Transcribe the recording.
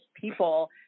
people